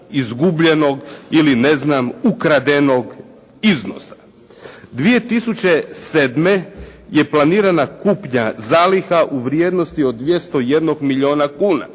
izgubljenog ili ukradenog iznosa. 2007. je planirana kupnja zaliha u vrijednosti od 201 milijuna kuna.